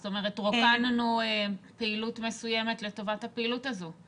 זאת אומרת רוקנו פעילות מסוימת לטובת הפעילות הזו.